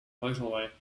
motorway